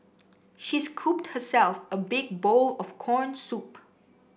she scooped herself a big bowl of corn soup